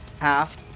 half